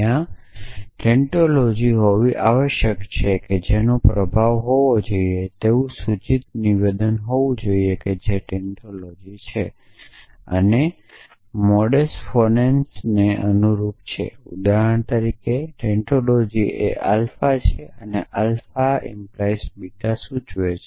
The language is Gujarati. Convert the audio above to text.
ત્યાં ટેન્ટોલોજી હોવી આવશ્યક છે જેનો પ્રભાવ હોવો જોઈએ તેવું સૂચિત નિવેદન હોવું જોઈએ જે ટેન્ટોલોજી છે અને મોડસ ફોનોન્સને અનુરૂપ છે ઉદાહરણ તરીકે ટેન્ટોલોજી એ આલ્ફા છે અને આલ્ફા 🡪 બીટા સૂચવે છે